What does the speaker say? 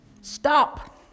Stop